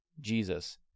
Jesus